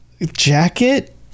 jacket